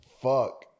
Fuck